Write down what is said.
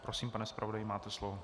Prosím, pane zpravodaji, máte slovo.